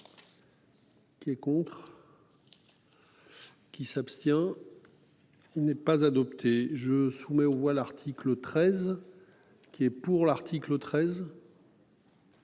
Tu es contre. Qui s'abstient. Il n'est pas adopté, je soumets aux voix l'article 13. Qui est pour l'article 13.